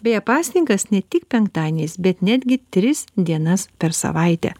beje pasninkas ne tik penktadieniais bet netgi tris dienas per savaitę